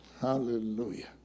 Hallelujah